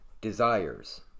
desires